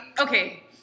okay